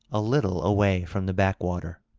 a little away from the back-water.